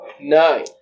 Nine